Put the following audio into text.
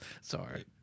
sorry